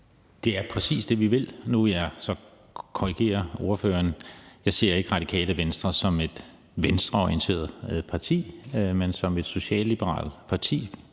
Det er præcis det, vi vil. Nu vil jeg så korrigere spørgeren – jeg ser ikke Radikale Venstre som et venstreorienteret parti, men som et socialliberalt parti